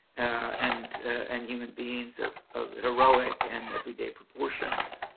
and and human beings of of heroic and everyday proportions.